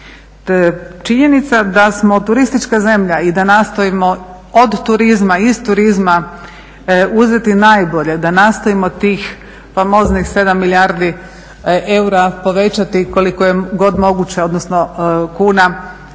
Činjenica da smo turistička zemlja i da nastojimo od turizma, iz turizma uzeti najbolje, da nastojimo tih famoznih 7 milijardi kuna povećati koliko je god moguće iz godine